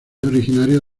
originaria